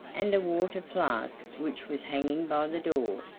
and a water-flask which was hanging by the door,